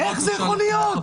איך זה יכול להיות?